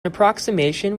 approximation